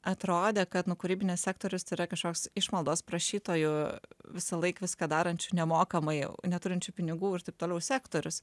atrodė kad nu kūrybinis sektorius yra kažkoks išmaldos prašytojų visąlaik viską darančių nemokamai neturinčių pinigų ir taip toliau sektorius